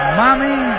mommy